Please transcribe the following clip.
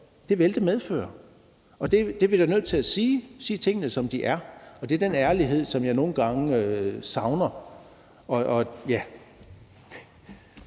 Det vil det medføre, og det er vi da nødt til at sige, altså sige tingene, som de er, og det er den ærlighed, som jeg nogle gange savner.